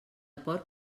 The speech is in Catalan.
porc